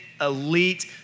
elite